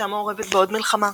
הייתה מעורבת בעוד מלחמה,